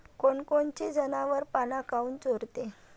कोनकोनचे जनावरं पाना काऊन चोरते?